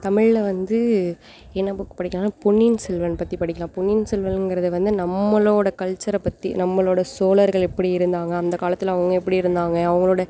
தமிழ்ல வந்து என்ன புக் படிக்கலான்னா பொன்னியின் செல்வன் பற்றி படிக்கலாம் பொன்னியின் செல்வன்ங்கிறது வந்து நம்மளோடய கல்ச்சரை பற்றி நம்மளோடய சோழர்கள் எப்படி இருந்தாங்க அந்த காலத்தில் அவங்க எப்படி இருந்தாங்க அவங்களோட